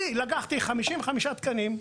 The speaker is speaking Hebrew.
אני לקחתי 55 תקנים,